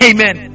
Amen